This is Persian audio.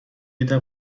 دیدم